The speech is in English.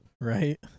Right